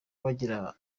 bagira